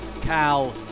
Cal